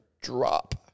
drop